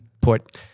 put